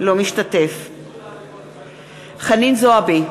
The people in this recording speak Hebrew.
אינו משתתף בהצבעה חנין זועבי,